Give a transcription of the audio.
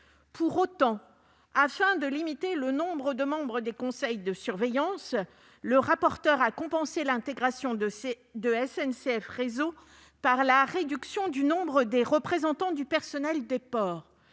Pour autant, afin de limiter le nombre de membres des conseils de surveillance, le rapporteur a compensé l'intégration de SNCF Réseau par la réduction du nombre des représentants du personnel des ports.